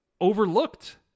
overlooked